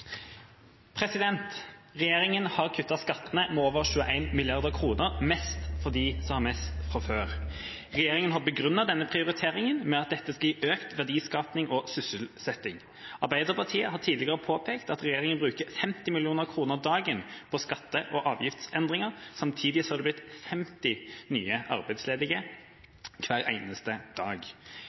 før. Regjeringen har begrunnet denne prioriteringen med at dette skal gi økt verdiskaping og sysselsetting. Arbeiderpartiet har tidligere påpekt at regjeringen bruker 50 mill. kroner om dagen på skatte- og avgiftsendringer, samtidig som det har blitt 50 nye arbeidsledige hver eneste dag.